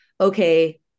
okay